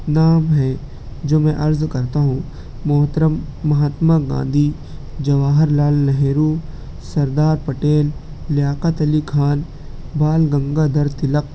نام ہیں جو میں عرض کرتا ہوں محترم مہاتما گاندھی جواہر لعل نہرو سردار پٹیل لیاقت علی خان بال گنگا دھر تلک